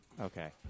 okay